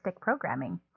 programming